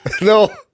No